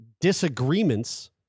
Disagreements